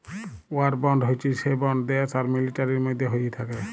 war bond হচ্যে সে bond দ্যাশ আর মিলিটারির মধ্যে হ্য়েয় থাক্যে